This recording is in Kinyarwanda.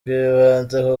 bw’ibanze